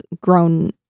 grown-